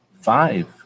Five